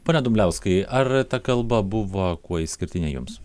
pone dumbliauskai ar ta kalba buvo kuo išskirtinė jums